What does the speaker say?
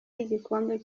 y’igikombe